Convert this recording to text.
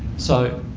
so,